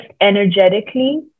energetically